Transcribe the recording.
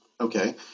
Okay